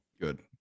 Good